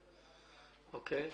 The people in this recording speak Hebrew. אוקיי.